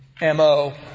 MO